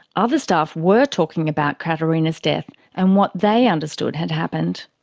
other staff were talking about caterina's death and what they understood had happened.